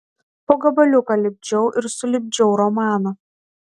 po gabaliuką lipdžiau ir sulipdžiau romaną